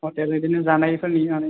hotel बिदिनो जानायफोरनि आरो